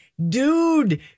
Dude